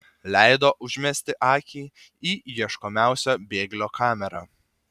leido užmesti akį į ieškomiausio bėglio kamerą